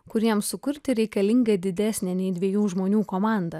kuriems sukurti reikalinga didesnė nei dviejų žmonių komanda